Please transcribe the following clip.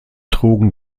trugen